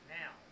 now